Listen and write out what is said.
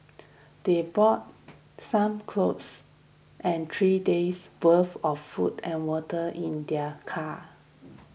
they brought some clothes and three days worth of food and water in their car